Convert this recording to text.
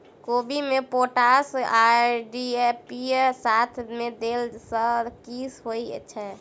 कोबी मे पोटाश आ डी.ए.पी साथ मे देला सऽ की होइ छै?